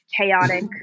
chaotic